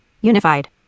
Unified